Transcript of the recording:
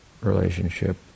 relationship